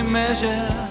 measure